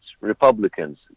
Republicans